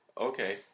okay